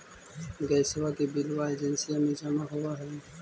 गैसवा के बिलवा एजेंसिया मे जमा होव है?